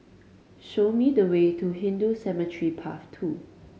show me the way to Hindu Cemetery Path Two